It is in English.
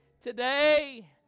Today